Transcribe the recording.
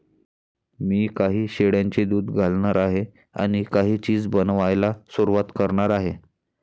मी काही शेळ्यांचे दूध घालणार आहे आणि काही चीज बनवायला सुरुवात करणार आहे